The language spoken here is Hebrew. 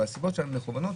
אבל הסיבות שלנו מכוונות,